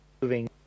moving